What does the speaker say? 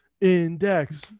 index